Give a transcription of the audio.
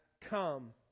come